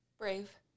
Brave